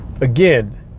Again